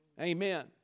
amen